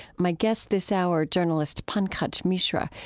my guest this hour, journalist pankaj mishra,